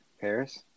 Paris